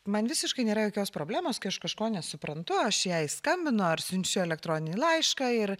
man visiškai nėra jokios problemos kai aš kažko nesuprantu aš jai skambinu ar siunčia elektroninį laišką ir